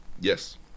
Yes